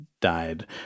died